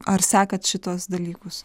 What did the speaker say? ar sekat šituos dalykus